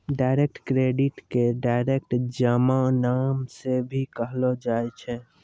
direct credit के direct जमा नाम से भी कहलो जाय छै